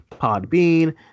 Podbean